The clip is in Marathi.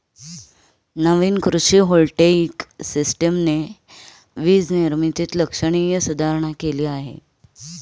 नवीन कृषी व्होल्टेइक सिस्टमने वीज निर्मितीत लक्षणीय सुधारणा केली आहे